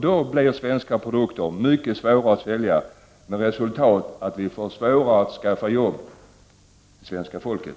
Då blir svenska produkter mycket svåra att sälja, med resultatet att vi får svårare att ordna arbete åt svenska folket.